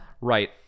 Right